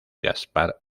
gaspar